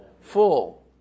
Full